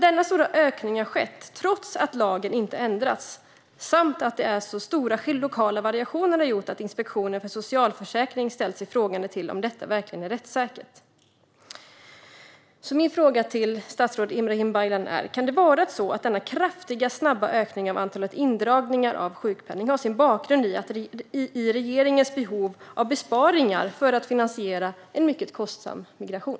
Denna stora ökning, trots att lagen inte har ändrats, samt stora lokala variationer har lett till att Inspektionen för socialförsäkringen har ställt sig frågande till om detta verkligen är rättssäkert. Min fråga till statsrådet Ibrahim Baylan är: Kan det vara på det sättet att denna kraftiga och snabba ökning av antalet indragna sjukpenningar har sin bakgrund i regeringens behov av besparingar för att finansiera en mycket kostsam migration?